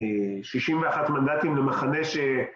שישים ואחת מנדטים למחנה ש...